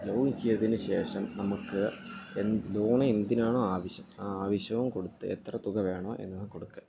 login ചെയ്തതിനു ശേഷം നമുക്ക് ലോണ് എന്തിനാണോ ആവശ്യം ആ ആവശ്യവും കൊടുത്ത് എത്ര തുക വേണമോ എന്നതു കൊടുക്കുക